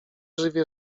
żywię